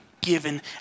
given